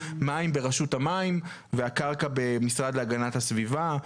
מים ברשות המים והקרקע במשרד להגנת הסביבה.